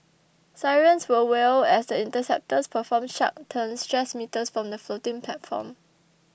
sirens will wail as the interceptors perform sharp turns just metres from the floating platform